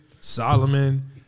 Solomon